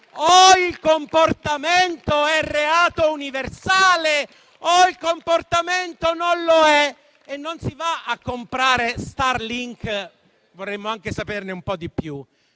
o il comportamento è reato universale o il comportamento non lo è, altrimenti non si va a comprare Starlink, e vorremmo anche saperne un po' di più.